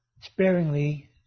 sparingly